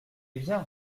bien